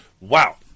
Wow